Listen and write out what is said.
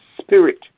spirit